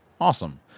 Awesome